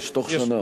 יש, בתוך שנה.